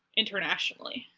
internationally